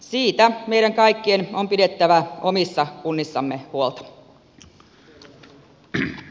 siitä meidän kaikkien on pidettävä omissa kunnissamme huolta